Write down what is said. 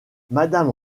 madame